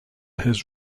his